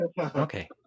Okay